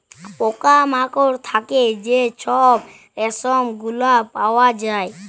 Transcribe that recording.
পকা মাকড় থ্যাইকে যে ছব রেশম গুলা পাউয়া যায়